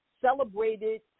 celebrated